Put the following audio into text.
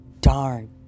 darn